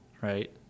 right